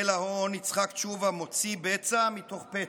איל ההון יצחק תשובה מוציא בצע מתוך פצע,